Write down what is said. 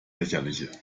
lächerliche